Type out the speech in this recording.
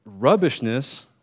rubbishness